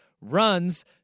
runs